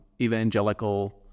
evangelical